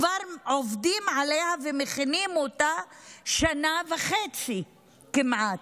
כבר עובדים ומכינים אותה שנה וחצי כמעט,